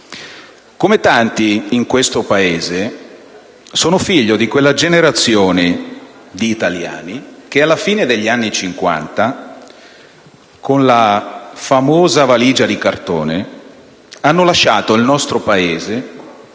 Come tanti in questo Paese, sono figlio di quella generazione di italiani che, alla fine degli anni Cinquanta, con la famosa valigia di cartone, hanno lasciato il nostro Paese